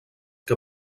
que